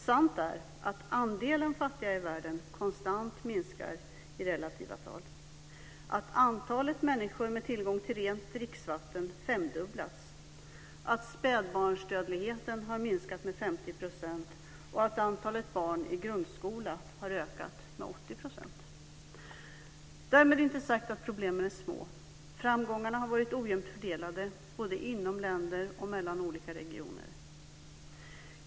Sant är att andelen fattiga i världen konstant minskar i relativa tal, att antalet människor med tillgång till rent dricksvatten femdubblats, att spädbarnsdödligheten har minskat med 50 % och att antalet barn i grundskola har ökat med 80 %. Därmed är inte sagt att problemen är små. Framgångarna har varit ojämnt fördelade både inom länder och mellan olika regioner.